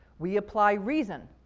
we apply reason,